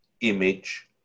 image